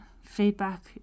feedback